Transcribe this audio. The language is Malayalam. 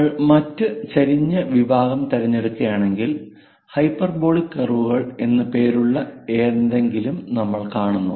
നമ്മൾ മറ്റ് ചെരിഞ്ഞ വിഭാഗം തിരഞ്ഞെടുക്കുകയാണെങ്കിൽ ഹൈപ്പർബോളിക് കർവുകൾ എന്ന് പേരുള്ള എന്തെങ്കിലും നമ്മൾ കാണുന്നു